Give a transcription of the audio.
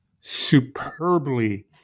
superbly